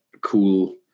cool